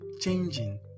changing